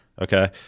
okay